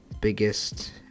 biggest